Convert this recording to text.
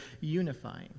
unifying